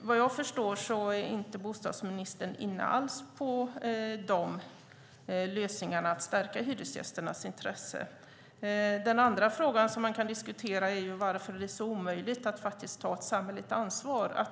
Vad jag förstår är bostadsministern inte alls inne på de lösningarna för att stärka hyresgästernas intresse. Den andra frågan som man kan diskutera är varför det är så omöjligt att ta ett samhälleligt ansvar.